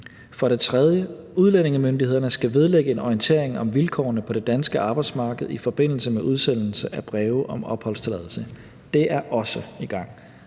For det tredje skal udlændingemyndighederne vedlægge en orientering om vilkårene for det danske arbejdsmarked i forbindelse med udsendelse af breve om opholdstilladelse. Det er også i gang.